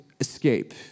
escape